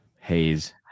haze